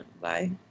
Bye